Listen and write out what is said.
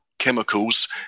chemicals